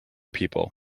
people